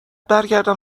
برگردم